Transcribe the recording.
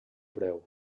breu